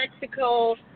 Mexico